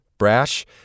Brash